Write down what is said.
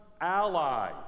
allies